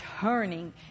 turning